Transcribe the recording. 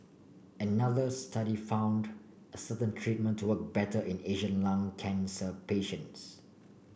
another study found a certain treatment to work better in Asian lung cancer patients